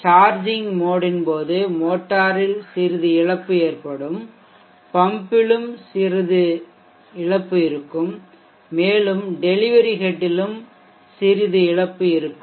charging மோட்ன் போது மோட்டாரில் சிறிது இழப்பு ஏற்படும் பம்பிலும் சிறிது இழப்பு இருக்கும் மேலும் டெலிவரி ஹெட்டிலும் றிது இழப்பும் இருக்கும்